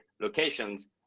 locations